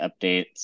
updates